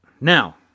now